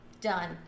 done